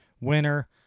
Winner